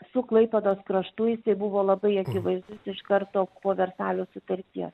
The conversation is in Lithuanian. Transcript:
su klaipėdos kraštu jisai buvo labai akivaizdus iš karto po versalio sutarties